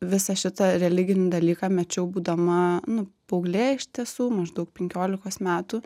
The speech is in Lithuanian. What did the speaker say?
visą šitą religinį dalyką mečiau būdama nu paauglė iš tiesų maždaug penkiolikos metų